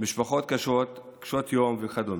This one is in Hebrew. משפחות קשות יום וכדומה,